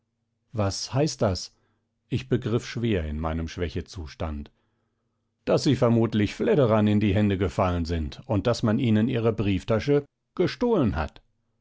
was heißt das ich begriff schwer in meinem schwächezustand daß sie vermutlich fledderern in die hände gefallen sind und daß man ihnen ihre brieftsche gestohlen hat